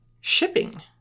shipping